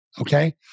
okay